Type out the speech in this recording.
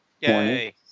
yay